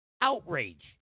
outrage